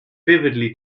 vividly